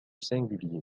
singulier